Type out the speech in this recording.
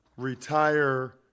Retire